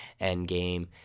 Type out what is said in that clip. Endgame